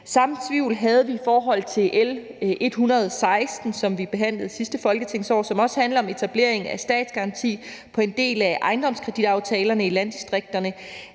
Samme tvivl havde vi i forhold til L 116, som vi behandlede i sidste folketingsår, og som også handlede om etablering af en statsgaranti på en del af ejendomskreditaftalerne i landdistrikterne.